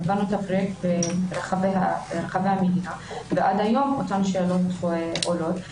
העברנו את הפרויקט ברחבי המדינה ועד היום אותן שאלות עולות.